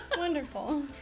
Wonderful